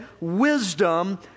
wisdom